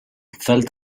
felt